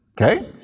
okay